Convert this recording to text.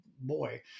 boy